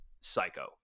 Psycho